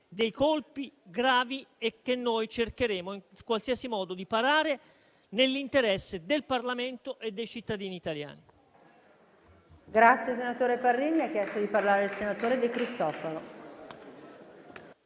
dei colpi gravi, che noi cercheremo in qualsiasi modo di parare nell'interesse del Parlamento e dei cittadini italiani.